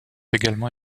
également